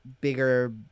bigger